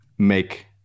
make